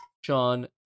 Sean